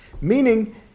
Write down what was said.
Meaning